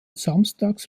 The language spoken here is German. samstags